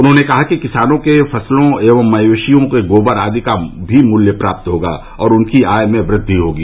उन्होंने कहा कि किसानों के फसलों एव मवेशियों के गोबर आदि का भी मूल्य प्राप्त होगा और उनकी आय में वृद्धि होगी